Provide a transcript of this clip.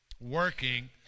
working